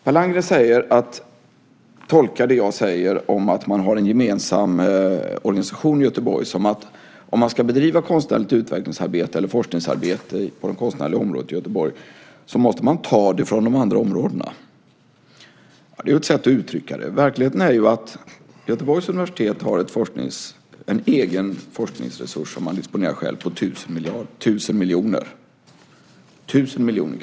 Per Landgren tolkar det jag säger om att man har en gemensam organisation i Göteborg som att om man ska bedriva konstnärligt utvecklingsarbete eller forskningsarbete på det konstnärliga området måste man ta det från de andra områdena. Det är ju ett sätt att uttrycka det. Verkligheten är att Göteborgs universitet har en egen forskningsresurs som man disponerar själv på tusen miljoner kronor.